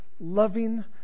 loving